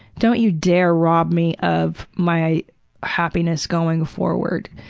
don't you dare rob me of my happiness going forward.